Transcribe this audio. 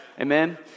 amen